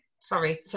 sorry